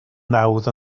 nawdd